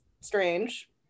strange